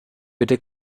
bitte